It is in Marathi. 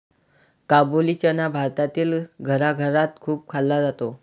काबुली चना भारतातील घराघरात खूप खाल्ला जातो